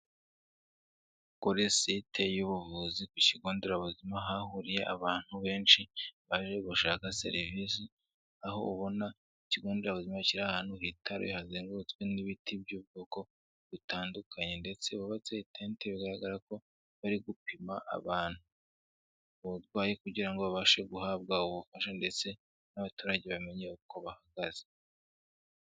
Kuri site y'ubuvuzi ku kigo nderabuzima hahuriye abantu benshi bari gushaka serivisi, aho ubona ikigo nderabuzima kiri ahantu hitaruye hazengurutswe n'ibiti by'ubwoko butandukanye ndetse hubatse itente bigaragara ko bari gupima abantu, uburwaye kugira ngo babashe guhabwa ubufasha ndetse n'abaturage bamenye uko bahagaze.